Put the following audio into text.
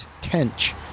tench